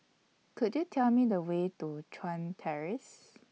Could YOU Tell Me The Way to Chuan Terrace